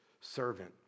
servant